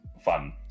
fun